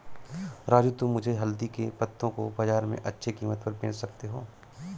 राजू तुम मुझे हल्दी के पत्तों को बाजार में अच्छे कीमत पर बेच सकते हो